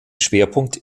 schwerpunkt